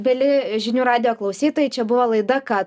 mieli žinių radijo klausytojai čia buvo laida ką